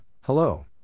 hello